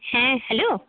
হ্যাঁ হ্যালো